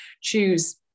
choose